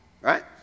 Right